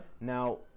Now